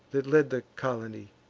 that led the colony